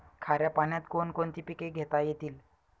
खाऱ्या पाण्यात कोण कोणती पिके घेता येतील?